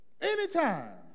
Anytime